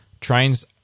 trains